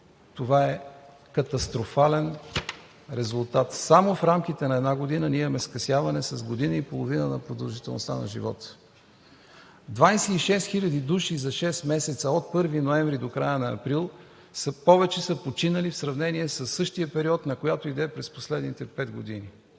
Това е катастрофален резултат. Само в рамките на една година ние имаме скъсяване с година и половина на продължителността на живота. Двадесет и шест хиляди души за шест месеца – от 1 ноември до края на април, повече са починали в сравнение със същия период, на която и да е през последните пет години.